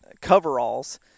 coveralls